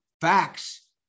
facts